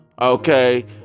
okay